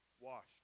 washed